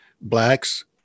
Blacks